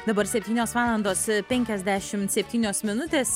dabar septynios valandos penkiasdešimt septynios minutės